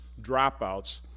dropouts